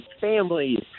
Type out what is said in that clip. families